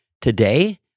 today